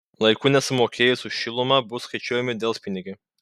laiku nesumokėjus už šilumą bus skaičiuojami delspinigiai